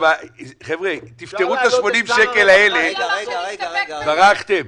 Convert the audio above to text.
תפתרו את ה-80 שקל האלה, ברחתם.